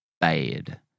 bad